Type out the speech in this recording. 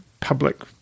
public